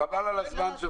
חבל על הזמן שלך.